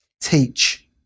teach